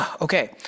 Okay